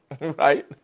right